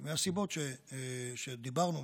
מהסיבות שדיברנו,